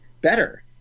better